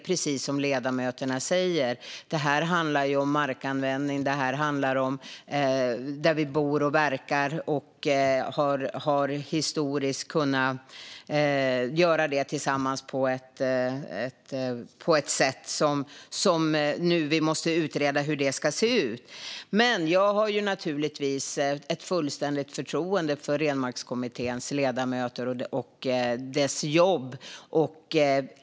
Precis som ledamöterna säger handlar det om markanvändning där vi historiskt har bott och verkat, och hur det ska se ut nu måste utredas. Jag har naturligtvis förtroende för kommitténs ledamöter och arbete.